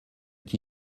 qui